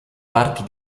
parti